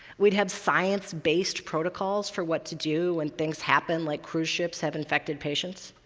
we'd have science-based protocols for what to do when things happen, like cruise ships have infected patients.